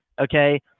Okay